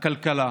הכלכלה